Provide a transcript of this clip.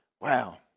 Wow